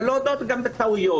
ולא פעם גם בטעויות.